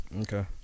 Okay